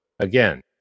Again